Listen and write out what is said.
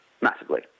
massively